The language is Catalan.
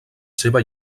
seva